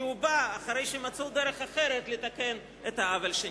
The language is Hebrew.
כי הוא בא אחרי שמצאו דרך אחרת לתקן את העוול שנגרם.